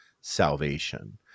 salvation